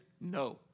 no